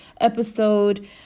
episode